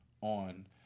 on